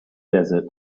desert